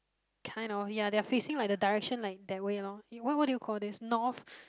kind of ya they are facing like the direction like that way loh what what do you call this north